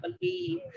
believe